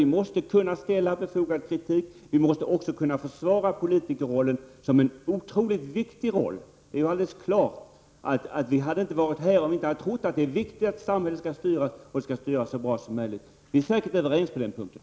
Vi måste kunna framföra befogad kritik. Vi måste också kunna försvara politikerrollen som en otroligt viktig roll. Det är alldeles klart att vi inte hade varit här om vi inte hade trott att det är viktigt att samhället skall styras och att det skall styras så bra som möjligt. Vi är säkert överens på den punkten.